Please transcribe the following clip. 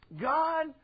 God